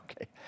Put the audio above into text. okay